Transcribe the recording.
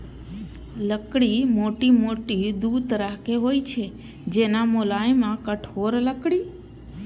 लकड़ी मोटामोटी दू तरहक होइ छै, जेना, मुलायम आ कठोर लकड़ी